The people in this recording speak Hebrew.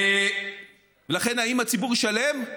לכן, האם הציבור ישלם?